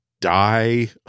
die